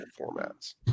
formats